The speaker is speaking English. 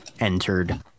entered